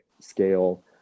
scale